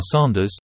Sanders